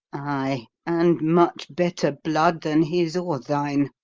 ay, and much better blood than his or thine.